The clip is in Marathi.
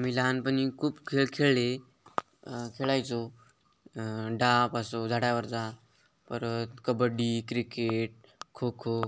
आम्ही लहानपणी खूप खेळ खेळले खेळायचो डाव असो झाडावरचा परत कबड्डी क्रिकेट खोखो